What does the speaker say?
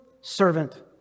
servant